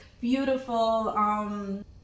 beautiful